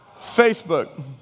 Facebook